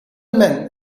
men